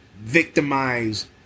victimize